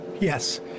yes